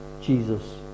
Jesus